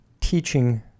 teaching